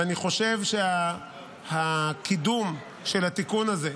אני חושב שהקידום של התיקון הזה,